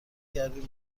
کردیم